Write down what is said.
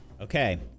Okay